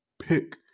pick